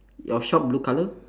your shop blue colour